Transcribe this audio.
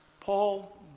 Paul